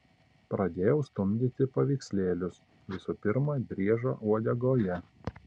pradėjau stumdyti paveikslėlius visų pirma driežo uodegoje